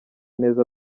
neza